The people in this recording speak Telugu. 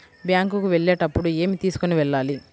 బ్యాంకు కు వెళ్ళేటప్పుడు ఏమి తీసుకొని వెళ్ళాలి?